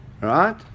Right